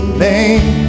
name